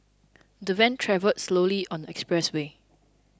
the van travelled slowly on the expressway